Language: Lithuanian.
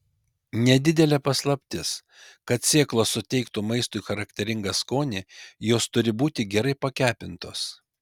nedidelė paslaptis kad sėklos suteiktų maistui charakteringą skonį jos turi būti gerai pakepintos